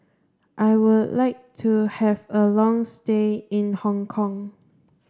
I would like to have a long stay in Hong Kong